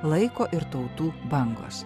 laiko ir tautų bangos